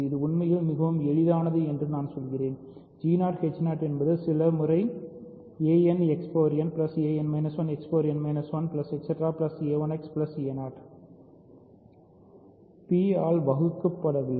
இது உண்மையில் மிகவும் எளிதானது என்று நான் சொல்கிறேன் என்பது சில முறை P ஆல் வகுக்கப்படவில்லை